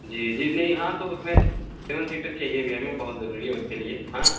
جی جی نہیں ہاں تو اُس میں سیون سیٹر چاہیے بھی ہمیں بہت ضروری ہے اُس کے لیے ہاں